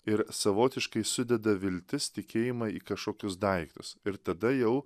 ir savotiškai sudeda viltis tikėjimą į kažkokius daiktus ir tada jau